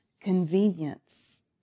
convenience